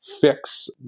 fix